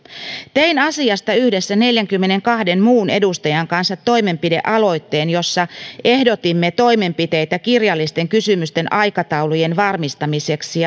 tein asiasta yhdessä neljänkymmenenkahden muun edustajan kanssa toimenpidealoitteen jossa ehdotimme toimenpiteitä kirjallisten kysymysten aikataulujen varmistamiseksi